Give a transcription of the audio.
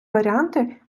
варіанти